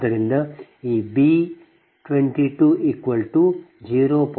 ಆದ್ದರಿಂದ ಈ B 22 0